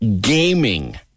gaming